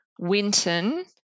Winton